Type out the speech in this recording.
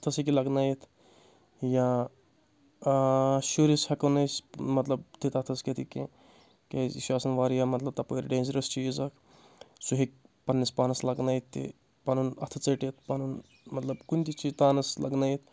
اَتھَس ہیٚکہِ لَگنٲیِتھ یا شُرِس ہیٚکو نہٕ أسۍ مطلب دِتھ اَتھَس کیٚتھٕ کینٛہہ کیازِ یہِ چھُ آسان واریاہ مطلب تَپٲرۍ ڈینٛجرَس چیٖز اَکھ سُہ ہیٚکہِ پَننِس پانَس لَگنٲیِتھ تہِ پَنُن اَتھٕ ژٔٹِتھ پَنُن مطلب کُنہِ تہِ چیٖز تانَس لَگنٲیِتھ